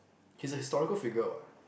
he's a historical figure what